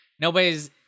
Nobody's